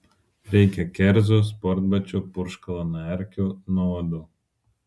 reikia kerzų sportbačių purškalo nuo erkių nuo uodų